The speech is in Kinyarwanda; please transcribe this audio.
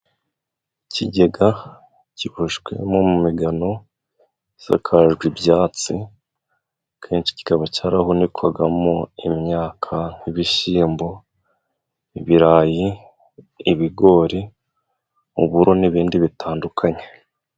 Ikigega kiboshywe mu migano gisakajwe ibyatsi. Akenshi kikaba cyarahunikwagamo imyaka nk'ibishyimbo, ibirayi, ibigori, uburo n'ibindi bitandukanye.